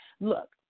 look